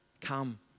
Come